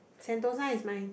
Sentosa is mine